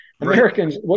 Americans